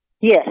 Yes